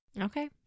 Okay